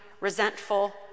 resentful